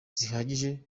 zihagije